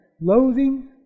Loathing